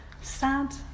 sad